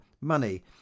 money